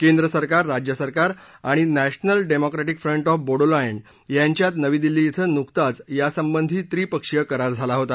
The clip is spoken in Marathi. केंद्र सरकार राज्य सरकार आणि national democratic front of Bodoland यांच्यात नवी दिल्ली ध्वं नुकतच यासंबंधी त्रिपक्षीय करार झाला होता